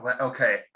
okay